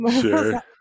sure